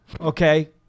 Okay